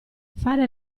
fare